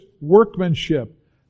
workmanship